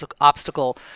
obstacle